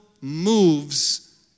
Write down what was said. moves